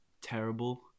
terrible